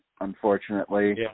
Unfortunately